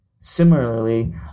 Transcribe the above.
Similarly